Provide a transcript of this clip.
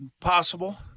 possible